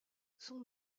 son